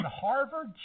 Harvard